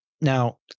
Now